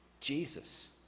Jesus